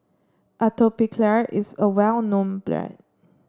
Atopiclair is a well known brand